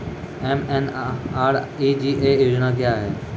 MNREGA योजना क्या हैं?